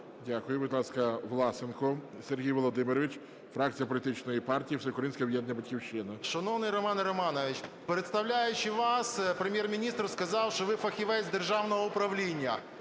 Дякую. Будь ласка, Власенко Сергій Володимирович, фракція політичної партії "Всеукраїнське об'єднання "Батьківщина". 11:28:23 ВЛАСЕНКО С.В. Шановний Романе Романовичу, представляючи вас, Прем’єр-міністр сказав, що ви фахівець з державного управління.